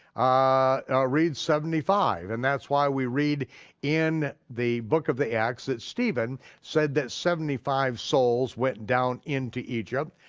ah seventy five and that's why we read in the book of the acts that stephen said that seventy five souls went down into egypt,